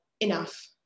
enough